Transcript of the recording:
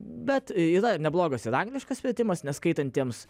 bet yra neblogas ir angliškas vertimas neskaitantiems